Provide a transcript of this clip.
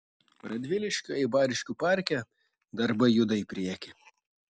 radviliškio eibariškių parke darbai juda į priekį